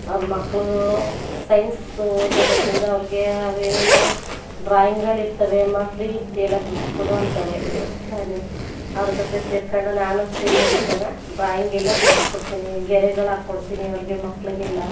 ಅವ್ರ ಮಕ್ಕಳು ಸೈನ್ಸ್ ಓದಿರೋದರಿಂದ ಅವ್ರಿಗೆ ಅವೇನೇನೋ ಡ್ರಾಯಿಂಗ್ಗಳಿರ್ತಾವೆ ಅಮ್ಮ ಫ್ರೀ ಇರ್ತೀಯಲ್ಲ ಬಿಡಿಸ್ಕೊಡು ಅಂತಾರೆ ಬಿಡಿಸ್ತೀನಿ ಅವ್ರ ಜೊತೆ ಸೇರ್ಕೊಂಡು ನಾನು ಫ್ರೀಯಾಗಿದ್ದಾಗ ಡ್ರಾಯಿಂಗೆಲ್ಲ ಬಿಡಿಸ್ಕೊಡ್ತೀನಿ ಗೆರೆಗಳು ಹಾಕ್ಕೊಡ್ತೀನಿ ಅವ್ರಿಗೆ ಮಕ್ಕಳಿಗೆಲ್ಲ